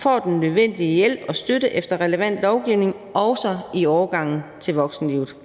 får den nødvendige hjælp og støtte efter relevant lovgivning – også i overgangen til voksenlivet.